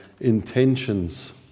intentions